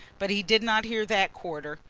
but he did not hear that quarter.